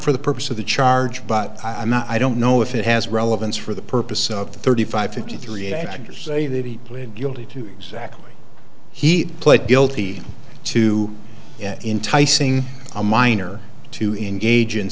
for the purpose of the charge but i'm not i don't know if it has relevance for the purpose of thirty five fifty three actors say that he pleaded guilty to exactly he pled guilty to enticing a minor to engage in